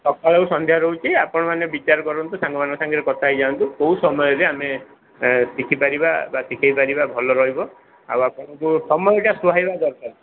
ସକାଳ ଆଉ ସନ୍ଧ୍ୟା ରହୁଛି ଆପଣମାନେ ବିଚାର କରନ୍ତୁ ସାଙ୍ଗମାନେ କଥା ହୋଇ ଯାଆନ୍ତୁ କୋଉ ସମୟରେ ଆମେ ଶିଖି ପାରିବା ବା ଶିଖେଇ ପାରିବା ଭଲ ରହିବ ଆଉ ଆପଣଙ୍କୁ ସମୟଟା ସୁହାଇବାଟା ଦରକାର